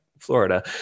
Florida